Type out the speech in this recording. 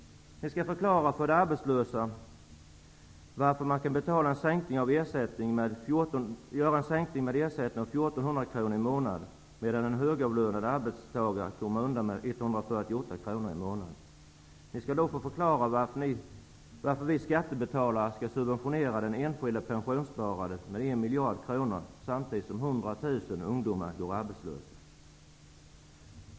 Ni skall förklara varför de arbetslösa skall få betala en sänkning av ersättningen med 1 400 kronor i månaden, medan en högavlönad arbetstagare kommer undan med 148 kronor i månaden. Ni skall förklara varför vi skattebetalare skall subventionera det enskilda pensionssparandet med miljarder kronor, samtidigt som 100 000 ungdomar går arbetslösa.